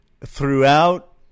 throughout